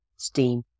Steam